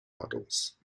models